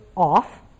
off